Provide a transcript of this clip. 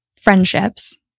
friendships